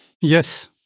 Yes